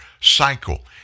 cycle